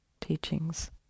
teachings